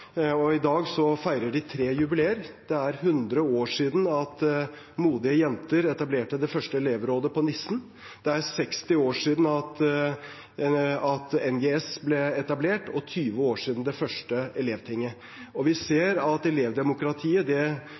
I dag feirer de tre jubileer. Det er 100 år siden modige jenter etablerte det første elevrådet, på Nissen. Det er 60 år siden NGS ble etablert, og 20 år siden det første elevtinget. Vi ser at elevdemokratiet lever i beste velgående. Vi har grunn til å være stolte av elevdemokratiet i Norge. Det